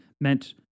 meant